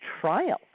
Trial